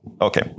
Okay